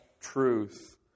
truth